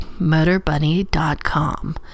MotorBunny.com